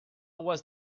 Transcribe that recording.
was